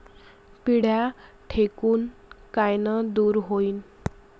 पिढ्या ढेकूण कायनं दूर होईन?